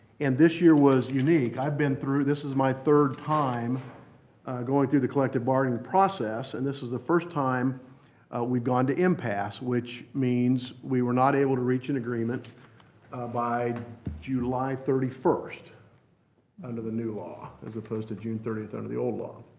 and this year was unique. i've been through this is my third time going through the collective bargaining process and this is the first time we've gone to impasse, which means we were not able to reach an agreement by july thirty first under the new law as opposed to june thirtieth under the old law.